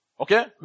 Okay